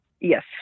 yes